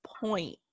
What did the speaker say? point